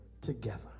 together